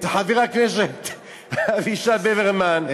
את חבר הכנסת אבישי ברוורמן,